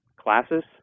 classes